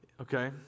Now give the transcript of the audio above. Okay